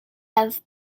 have